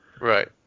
Right